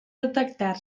detectar